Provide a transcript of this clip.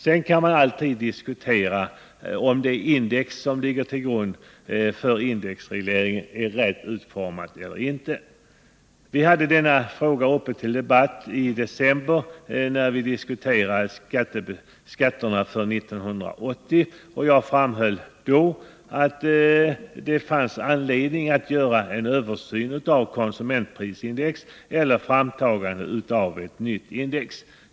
Sedan kan man alltid diskutera om det index som ligger till grund för indexregleringen är riktigt utformat eller inte. Vi hade denna fråga uppe till debatt i december när vi diskuterade skatterna för 1980. Jag framhöll då att det fanns anledning att göra en översyn av konsumentprisindex eller att ta fram ett nytt index.